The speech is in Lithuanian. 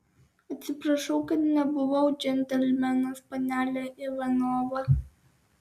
atsiprašau kad nebuvau džentelmenas panele ivanova